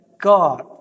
God